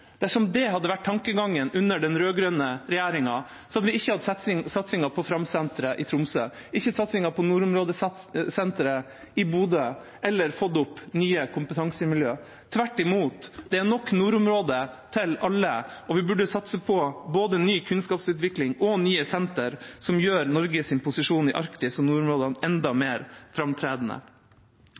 Dersom det hadde vært tankegangen under den rød-grønne regjeringa, hadde vi ikke hatt satsingen på Framsenteret i Tromsø, ikke satsingen på Nordområdesenteret i Bodø, og heller ikke fått opp nye kompetansemiljø – tvert imot. Det er nok nordområde til alle, og vi burde satse på både ny kunnskapsutvikling og nye sentre som gjør Norges posisjon i Arktis og nordområdene enda mer framtredende.